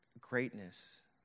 greatness